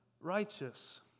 righteous